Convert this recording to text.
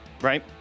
right